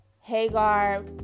Hagar